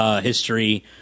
history